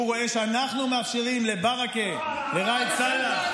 רואה שאנחנו מאפשרים לברכה ולראאד סלאח,